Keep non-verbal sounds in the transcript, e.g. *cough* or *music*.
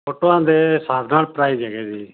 ਫੋਟੋਆਂ ਦੇ *unintelligible* ਪ੍ਰਾਈਜ ਹੈਗੇ ਜੀ